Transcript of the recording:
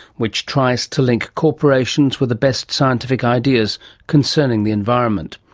which tries to link corporations with the best scientific ideas concerning the environment.